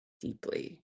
deeply